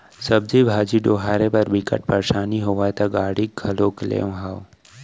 सब्जी भाजी डोहारे बर बिकट परसानी होवय त गाड़ी घलोक लेए हव